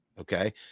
Okay